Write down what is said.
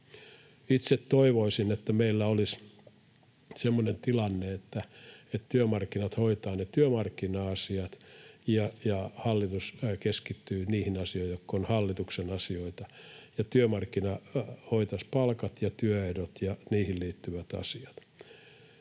Itse toivoisin, että meillä olisi semmoinen tilanne, että työmarkkinat hoitavat ne työmarkkina-asiat ja hallitus keskittyy niihin asioihin, jotka ovat hallituksen asioita, ja työmarkkinat hoitaisivat palkat, työehdot ja niihin liittyvät asiat.